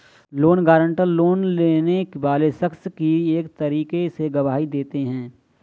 loan guarantor, loan लेने वाले शख्स की एक तरीके से गवाही देते हैं